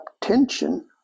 tension